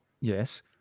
Yes